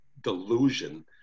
delusion